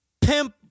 Pimp